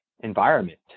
environment